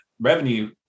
revenue